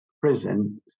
prison